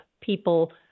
people